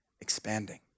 expanding